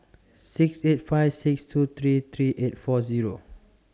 six eight five six two three three eight four Zero